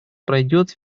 пройдет